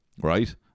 right